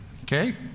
Okay